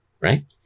right